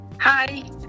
Hi